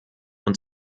und